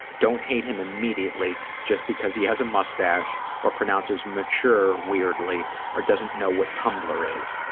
don't hate him immediately just because he has a mustache or pronounces mature weirdly or doesn't know what tumbler is.